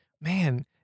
man